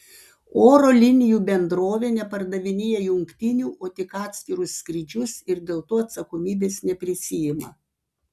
oro linijų bendrovė nepardavinėja jungtinių o tik atskirus skrydžius ir dėl to atsakomybės neprisiima